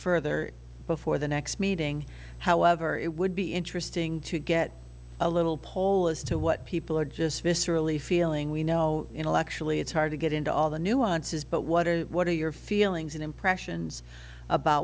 further before the next meeting however it would be interesting to get a little poll as to what people are just viscerally feeling we know intellectually it's hard to get into all the nuances but what are what are your feelings and impressions about